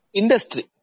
industry